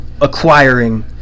acquiring